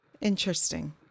Interesting